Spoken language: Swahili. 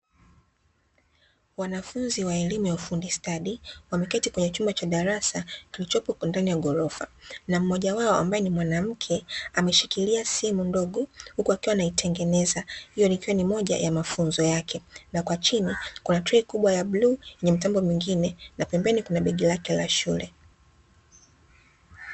Wanafunzi wa elimu ya ufundi stadi wameketi kwenye chumba cha darasa kilichopo ndani ya gorofa na mmoja wao ambaye ni mwanamke ameshikilia simu ndogo huku akiwa anaitengeneza, hyo ikiwa ni moja ya mafunzo yake na kwa chini kuna trei kubwa ya bluu yenye mtambo mwingine na pemebeni kuna begi lake la shule.